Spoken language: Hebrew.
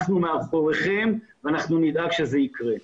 אנחנו עבורכם ואנחנו נדאג שזה יקרה.